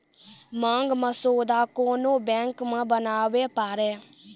मांग मसौदा कोन्हो बैंक मे बनाबै पारै